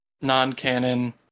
non-canon